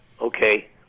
Okay